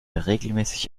regelmäßig